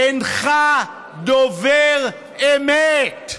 אינך דובר אמת.